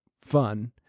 fun